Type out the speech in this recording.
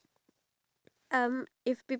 oh ya (uh huh)